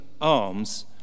arms